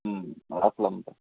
হুম রাখলাম রে